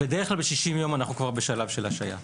בדרך כלל ב-60 יום אנו בשלב של השעיה.